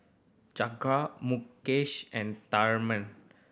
Jehangirr Mukesh and Tharman